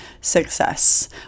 success